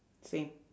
same